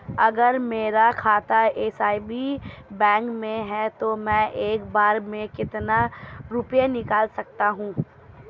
अगर मेरा खाता एस.बी.आई बैंक में है तो मैं एक बार में कितने रुपए निकाल सकता हूँ?